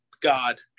God